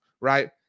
right